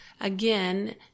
again